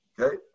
Okay